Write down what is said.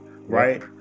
right